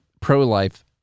pro-life